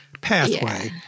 pathway